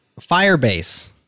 Firebase